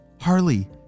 Harley